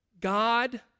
God